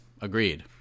agreed